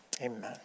amen